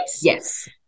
Yes